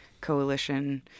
coalition